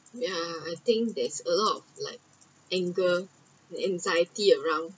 ya I think there is a lot of like anger anxiety around